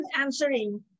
answering